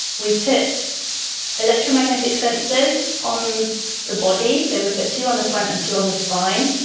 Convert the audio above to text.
we put electromagnetic sensors on the body, so we put two on the front and two on the spine.